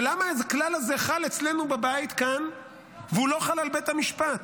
אבל למה הכלל הזה חל אצלנו בבית כאן והוא לא חל על בית המשפט?